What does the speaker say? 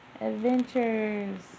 Adventures